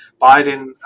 Biden